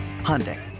Hyundai